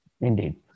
Indeed